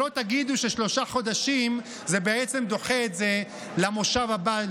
שלא תגידו ששלושה חודשים זה בעצם דוחה את זה למושב הבא,